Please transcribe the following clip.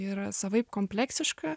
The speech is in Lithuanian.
yra savaip kompleksiška